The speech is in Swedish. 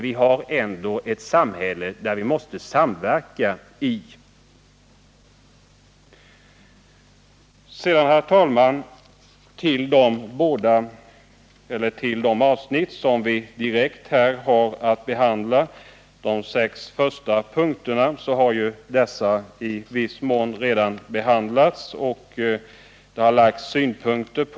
Vi har ändå ett samhälle där vi måste samverka. Herr talman! De avsnitt som vi här har att direkt behandla, de sex första punkterna, har i viss mån redan behandlats, och det har anlagts synpunkter på dem.